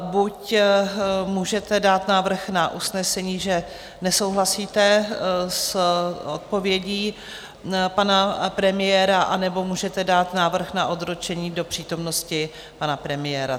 Buď můžete dát návrh na usnesení, že nesouhlasíte s odpovědí pana premiéra, nebo můžete dát návrh na odročení do přítomnosti pana premiéra.